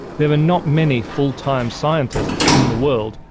there are not many full-time scientists in the world,